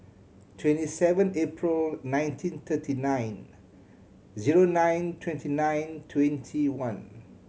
twenty seven April nineteen thirty nine zero nine twenty nine twenty one